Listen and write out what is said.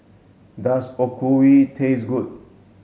does Okayu taste good